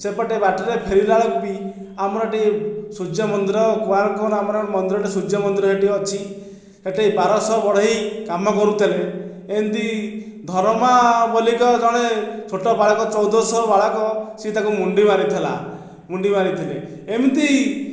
ସେପଟେ ବାଟରେ ଫେରିଲା ବେଳକୁ ବି ଆମର ଏଠି ସୂର୍ଯ୍ୟମନ୍ଦିର କୋଣାର୍କ ଆମର ମନ୍ଦିରଟିଏ ସୂର୍ଯ୍ୟମନ୍ଦିର ସେଠି ଅଛି ସେଠି ବାରଶହ ବଢ଼େଇ କାମ କରୁଥିଲେ ଏମିତି ଧରମା ବୋଲି ତ ଜଣେ ଛୋଟ ବାଳକ ଚଉଦ ବର୍ଷର ବାଳକ ସେ ତାକୁ ମୁଣ୍ଡି ମାରିଥିଲା ମୁଣ୍ଡି ମାରିଥିଲେ ଏମିତି